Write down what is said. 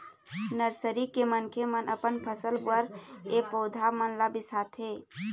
nursery के मनखे मन अपन फसल बर ए पउधा मन ल बिसाथे